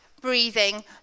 breathing